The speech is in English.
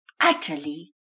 utterly